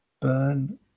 Burn